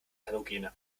halogene